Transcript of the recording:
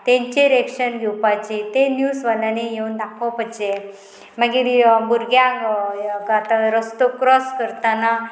तेंचेर एक्शन घेवपाची तें न्यूज वाल्यांनी येवन दाखोवपाचें मागीर भुरग्यांक आतां रस्तो क्रॉस करतना